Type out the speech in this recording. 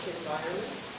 environments